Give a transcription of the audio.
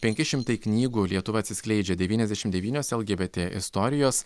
penki šimtai knygų lietuva atsiskleidžia devyniasdešim devynios lgbt istorijos